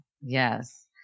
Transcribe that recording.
Yes